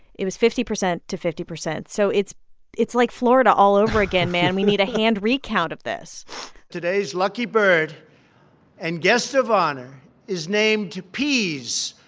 it was fifty percent to fifty percent. so it's it's like florida all over again, man. we need a hand recount of this today's lucky bird and guest of honor is named peas,